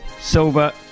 silver